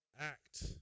act